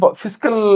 fiscal